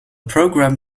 program